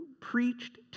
preached